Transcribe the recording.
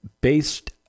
based